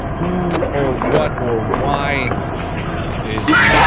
who or what or why is?